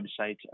website